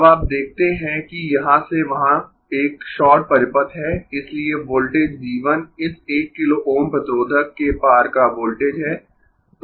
अब आप देखते है कि यहां से वहां एक शॉर्ट परिपथ है इसलिए वोल्टेज V 1 इस 1 किलो Ω प्रतिरोधक के पार का वोल्टेज है